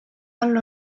all